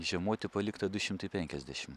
žiemoti palikta du šimtai penkiasdešim